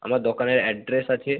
আমার দোকানের অ্যাড্রেস আছে